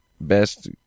best